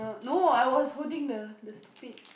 no I was holding the the stupid